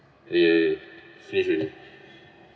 ya ya finish already